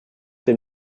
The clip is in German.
den